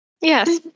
Yes